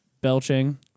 belching